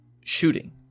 shooting